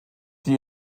die